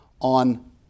on